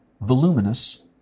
voluminous